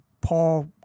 Paul